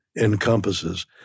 encompasses